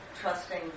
trusting